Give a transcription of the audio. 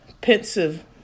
pensive